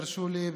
תרשו לי,